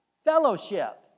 fellowship